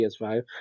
PS5